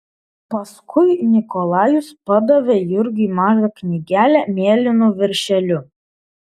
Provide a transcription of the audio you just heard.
paskui nikolajus padavė jurgiui mažą knygelę mėlynu viršeliu